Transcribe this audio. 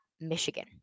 Michigan